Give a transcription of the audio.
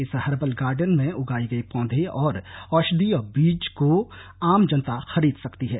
इस herbal garden में उगाये गये पौधे और औषधीय बीज को आम जनता खरीद सकती है